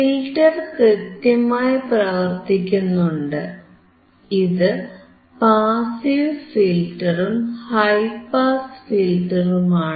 filter കൃത്യമായി പ്രവർത്തിക്കുന്നുണ്ട് ഇത് പാസീവ് ഫിൽറ്ററും ഹൈ പാസ് ഫിൽറ്ററുമാണ്